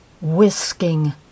whisking